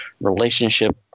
relationship